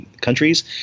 countries